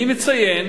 אני מציין